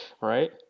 Right